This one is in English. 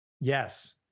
Yes